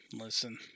listen